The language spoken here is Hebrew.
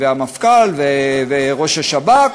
והמפכ"ל וראש השב"כ,